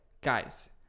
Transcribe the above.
guys